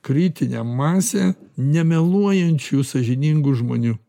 kritinę masę nemeluojančių sąžiningų žmonių